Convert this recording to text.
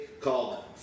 called